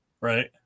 Right